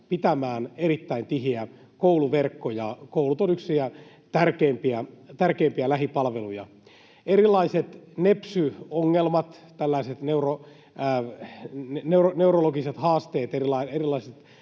pitämään erittäin tiheä kouluverkko. Koulut ovat yksiä tärkeimpiä lähipalveluja. Erilaisia nepsy-ongelmia, tällaisia neurologisia haasteita,